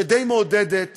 שדי מעודדת